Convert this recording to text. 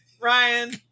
Ryan